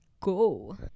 go